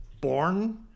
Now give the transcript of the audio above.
born